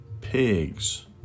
pigs